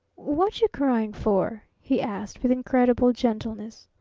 what you crying for? he asked with incredible gentleness.